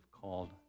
called